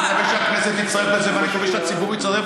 ואני מקווה שהכנסת תצטרף לזה ואני מקווה שהציבור יצטרף